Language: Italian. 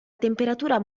temperatura